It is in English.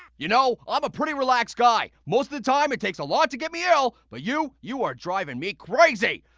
you know, ah im a pretty relaxed guy. most of the time it takes a lot to get me ill. but you you are driving me crazy!